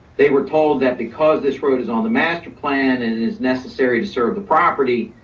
they were told that because this road is on the master plan and is necessary to serve the property,